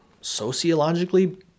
sociologically